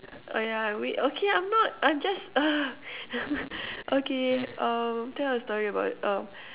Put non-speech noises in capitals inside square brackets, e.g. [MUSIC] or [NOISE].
oh yeah wait okay I'm not I'm just [NOISE] [LAUGHS] okay uh tell a story about it um